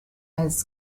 als